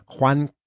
Juan